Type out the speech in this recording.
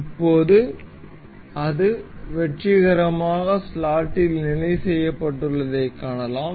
இப்போது அது வெற்றிகரமாக ஸ்லாட்டில் நிலை செய்யப்பட்டுள்ளதைக் காணலாம்